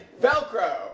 Velcro